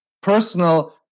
personal